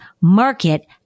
market